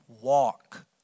walk